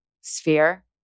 sphere